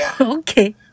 Okay